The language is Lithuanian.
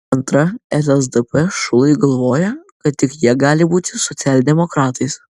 antra lsdp šulai galvoja kad tik jie gali būti socialdemokratais